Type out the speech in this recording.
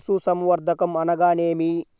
పశుసంవర్ధకం అనగానేమి?